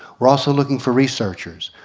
we're also looking for researchers.